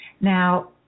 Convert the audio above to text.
Now